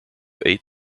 eight